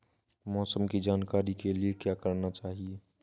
मौसम की जानकारी के लिए क्या करना चाहिए?